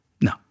no